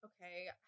Okay